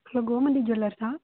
hello Gomathi ஜுவல்லர்ஸா